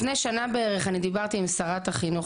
לפני שנה בערך אני דיברתי עם שרת החינוך